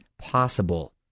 possible